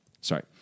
Sorry